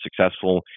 successful